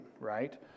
right